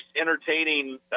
entertaining